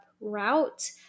route